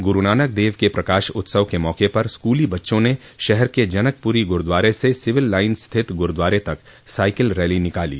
गुरूनानक दव के प्रकाश उत्सव के मौके पर स्कूली बच्चों ने शहर के जनकपुरी गुरूद्वारे से सिविल लाइन्स स्थित गुरूद्वारे तक साइकिल रैली निकाली